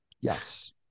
yes